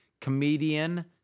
comedian